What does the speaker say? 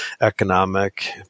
economic